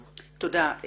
תודה.